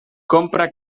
compra